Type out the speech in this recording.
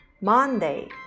Monday